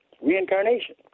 Reincarnation